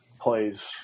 plays